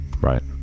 Right